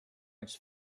its